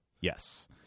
Yes